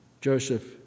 Joseph